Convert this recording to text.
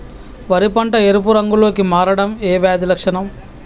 వరి పంట ఎరుపు రంగు లో కి మారడం ఏ వ్యాధి లక్షణం?